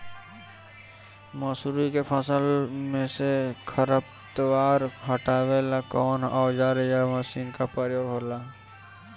मसुरी के फसल मे से खरपतवार हटावेला कवन औजार या मशीन का प्रयोंग होला?